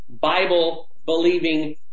Bible-believing